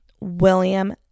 William